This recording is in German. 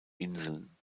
inseln